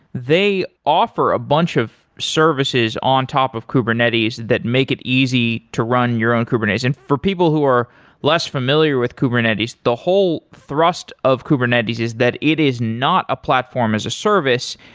they offer a bunch of services on top of kubernetes that make it easy to run your own kubernetes. and for people who are less familiar with kubernetes, the whole thrust of kubernetes is that it is not a platform as a service.